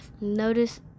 Notice